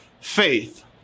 faith